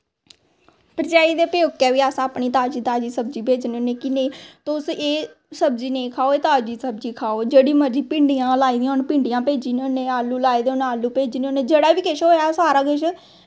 भरज़ाई दे प्यौकै बी अस अपनी ताज़ी ताज़ी सब्जी भेजने होन्ने कि नेंई तुस एह् सब्जी नेंई खाओ ताज़ी सब्जी खाओ जेह्ड़ी मर्जी भिंडियां लाई दियां होन भिंडियां भेज्जी दिन्ने होन्ने आली लाए दे होन आलू भेजने होन्ने जेह्ड़ा किश बी होआ सारा किश